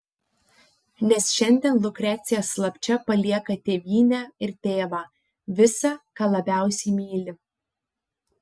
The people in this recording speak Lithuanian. nes šiandien lukrecija slapčia palieka tėvynę ir tėvą visa ką labiausiai myli